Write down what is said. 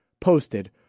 posted